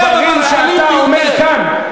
דברים שאתה אומר כאן.